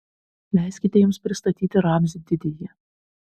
leiskite jums pristatyti ramzį didįjį